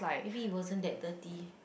maybe it wasn't that dirty